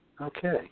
Okay